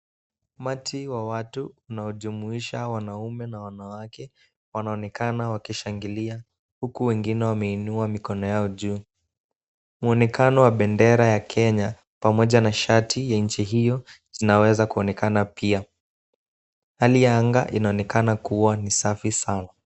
Umati wa watu unaojumuisha wanaume na wanawake, wanaonekana wakishangilia huku wengine wameinua mikono yao juu. Mwonekano wa bendera ya Kenya pamoja na shati ya nchi hiyo, zinaweza kuonekana pia. Hali ya anga inaonekana kuwa ni safi sana.